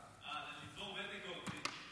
לצבור ותק כעורך דין.